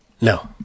No